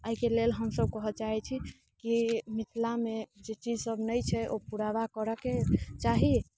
एहिके लेल हम कहऽ चाहैत छी कि मिथिलामे जे चीज सब नहि छै ओ पुराबा करऽ के चाही